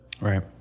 Right